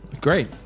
Great